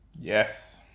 Yes